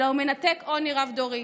אלא הוא מנתק עוני רב-דורי.